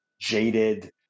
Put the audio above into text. jaded